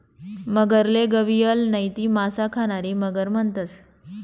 मगरले गविअल नैते मासा खानारी मगर म्हणतंस